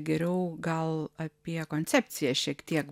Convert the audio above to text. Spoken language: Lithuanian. geriau gal apie koncepciją šiek tiek